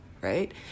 right